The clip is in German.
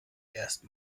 erst